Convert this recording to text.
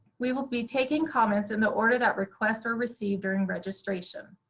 we will be taking comments in the order that requests were received during registration,